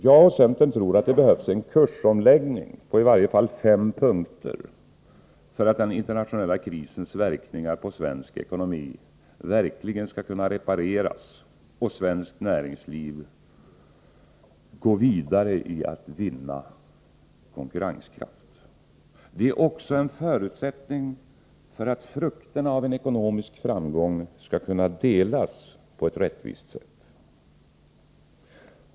Jag och centern tror att det behövs en kursomläggning på i varje fall fem punkter för att den internationella krisens verkningar på svensk ekonomi verkligen skall kunna repareras och svenskt näringsliv gå vidare i att vinna konkurrenskraft. Det är också en förutsättning för att frukterna av en ekonomisk framgång skall kunna delas på ett rättvist sätt.